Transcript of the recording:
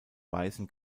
weißen